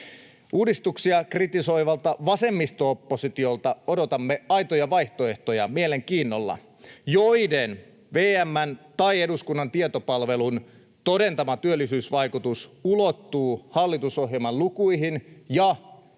Uudistuksia kritisoivalta vasemmisto-oppositiolta odotamme mielenkiinnolla aitoja vaihtoehtoja, joiden VM:n tai eduskunnan tietopalvelun todentama työllisyysvaikutus ulottuu hallitusohjelman lukuihin ja